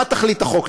מה תכלית החוק?